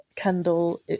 Kendall